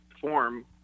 form